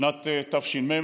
בשנת תש"ם,